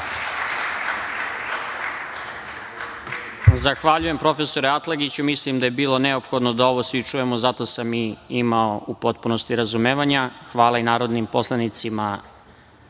Zahvaljujem, profesore Atlagiću. Mislim da je bilo neophodno da ovo svi čujemo, zato sam i imao u potpunosti razumevanja. Hvala i narodnim poslanicima